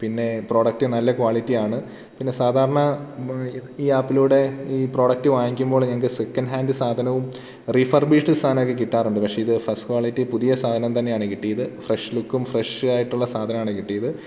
പിന്നെ പ്രോഡക്റ്റ് നല്ല ക്വാളിറ്റിയാണ് പിന്നെ സാധാരണ ഈ ആപ്പിലൂടെ ഈ പ്രോഡക്റ്റ് വാങ്ങിക്കുമ്പോൾ ഞങ്ങൾക്ക് സെക്കൻഡ് ഹാൻഡ് സാധനവും റിഫർബിറ്റ് സാധനൊക്കെ കിട്ടാറുണ്ട് പക്ഷേ ഇത് ഫസ്റ്റ് ക്വാളിറ്റി പുതിയ സാധനം തന്നെയാണ് കിട്ടിയത് ഫ്രഷ് ലുക്കും ഫ്രഷ് ആയിട്ടുള്ള സാധനവുമാണ് കിട്ടിയത്